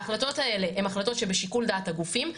ההחלטות האלה הן החלטות שבשיקול דעת הגופים.